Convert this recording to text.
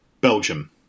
Belgium